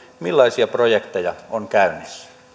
millaisia projekteja on